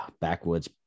backwoods